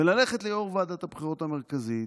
וללכת ליו"ר ועדת הבחירות המרכזית,